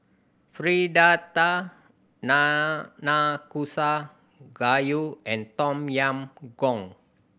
Fritada Nanakusa Gayu and Tom Yam Goong